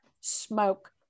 smoke